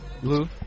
Blue